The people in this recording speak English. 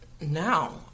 now